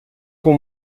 com